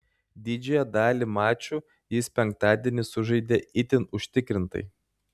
didžiąją dalį mačų jis penktadienį sužaidė itin užtikrintai